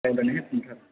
खमथार